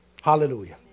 Hallelujah